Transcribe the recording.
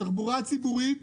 שהתחבורה הציבורית